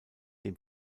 dem